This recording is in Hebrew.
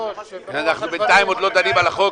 היושב-ראש --- אנחנו בינתיים עוד לא דנים על החוק.